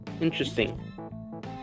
interesting